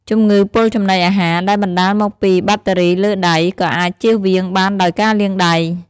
ជំងឺពុលចំណីអាហារ ដែលបណ្តាលមកពីបាក់តេរីលើដៃ ក៏អាចចៀសវាងបានដោយការលាងដៃ។